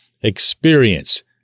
experience